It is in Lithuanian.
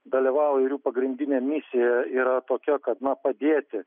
dalyvauja ir jų pagrindinė misija yra tokia kad na padėti